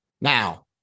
Now